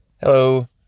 Hello